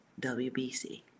WBC